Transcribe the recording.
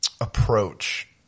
approach